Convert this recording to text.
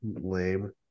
lame